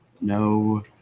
no